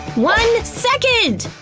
one second!